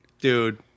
Dude